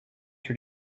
your